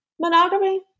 monogamy